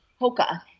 Hoka